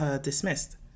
dismissed